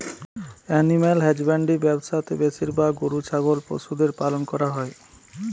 animal husbandry ব্যবসা তে বেশিরভাগ গরু ছাগলের পশুদের পালন করা হই